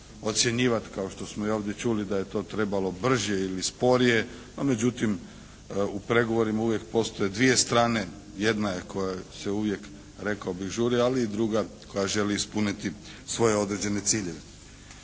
kao što smo i ovdje čuli da je to trebalo brže ili sporije, no međutim u pregovorima uvijek postoje dvije strane, jedna je koja se uvijek rekao bih žuri, ali i druga koja želi ispuniti svoje određene ciljeve.